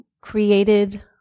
created